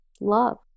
love